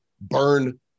Burn